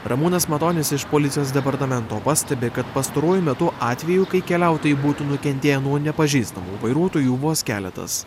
ramūnas matonis iš policijos departamento pastebi kad pastaruoju metu atvejų kai keliautojai būtų nukentėję nuo nepažįstamų vairuotojų vos keletas